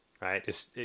right